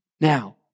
now